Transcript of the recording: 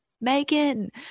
Megan